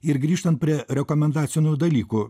ir grįžtant prie rekomendacinių dalykų